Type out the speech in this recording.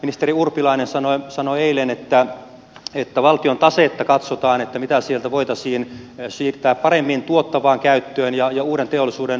ministeri urpilainen sanoi eilen että valtion tasetta katsotaan mitä sieltä voitaisiin siirtää paremmin tuottavaan käyttöön ja uuden teollisuuden yritystoiminnan rakentamiseen